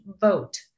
vote